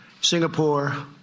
Singapore